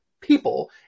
people